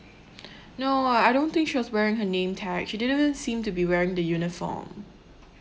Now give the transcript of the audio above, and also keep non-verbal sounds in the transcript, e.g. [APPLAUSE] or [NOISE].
[BREATH] no I don't think she was wearing her name tag she didn't even seem to be wearing the uniform